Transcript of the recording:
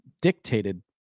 dictated